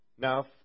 Now